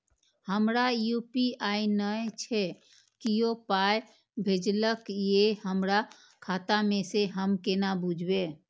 हमरा यू.पी.आई नय छै कियो पाय भेजलक यै हमरा खाता मे से हम केना बुझबै?